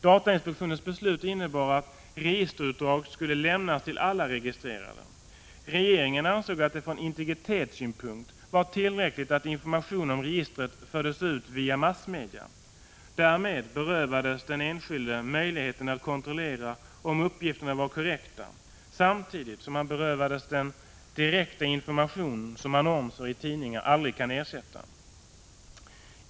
Datainspektionens beslut innebar att registerutdrag skulle lämnas till alla registrerade. Regeringen ansåg att det från integritetssynpunkt var tillräckligt att information om registret fördes ut via massmedia. Därmed berövades den enskilde möjligheten att kontrollera om uppgifterna var korrekta samtidigt som han berövades den direkta information som annonser i tidningar aldrig kan ersätta.